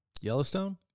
Yellowstone